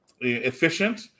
efficient